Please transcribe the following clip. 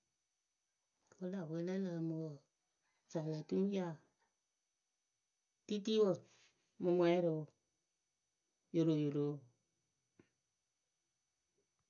Akɔla pwe lǝ lǝǝmɨ wǝǝ saale tumuyaa titiwǝ mɨmwɛrɩwǝ yoroyoro.